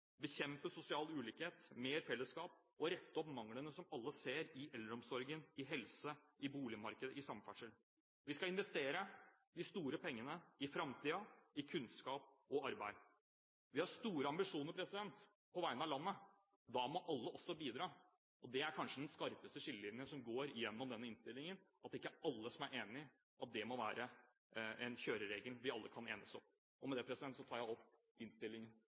bekjempe sosial ulikhet, og rette opp manglene som alle ser i eldreomsorgen, i helse, i boligmarkedet, i samferdsel. Vi skal investere de store pengene i framtiden, i kunnskap og i arbeid. Vi har store ambisjoner på vegne av landet, og da må alle bidra. Det er kanskje den skarpeste skillelinjen som går gjennom denne innstillingen, at ikke alle er enig i at det må være en kjøreregel vi alle kan enes om. Med dette anbefaler jeg innstillingen i sin helhet. Det